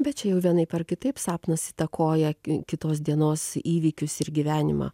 bet čia jau vienaip ar kitaip sapnas įtakoja kitos dienos įvykius ir gyvenimą